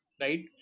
right